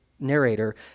narrator